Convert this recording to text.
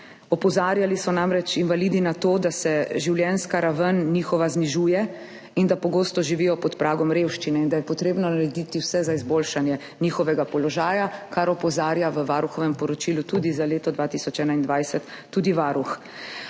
Opozarjali so namreč invalidi na to, da se njihova življenjska raven znižuje in da pogosto živijo pod pragom revščine in da je potrebno narediti vse za izboljšanje njihovega položaja, kar opozarja v varuhovem poročilu, tudi za leto 2021, tudi Varuh.